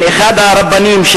אחד הרבנים,